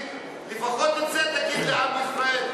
לפחות את זה תגיד לעם ישראל,